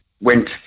went